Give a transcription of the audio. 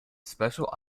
special